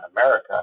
America